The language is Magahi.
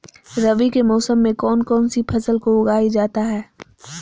रवि के मौसम में कौन कौन सी फसल को उगाई जाता है?